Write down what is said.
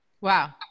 Wow